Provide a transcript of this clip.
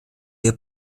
ihr